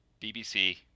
BBC